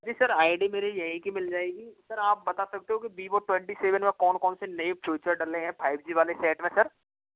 ji sir I D मेरी यहीं कि मिल जाएगी सर आप बता सकते हो कि वीवो ट्वेंटी सेवन में कौन कौन से फीचर डलें है फाइव जी वाले सेट में सर